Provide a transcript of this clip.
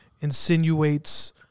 insinuates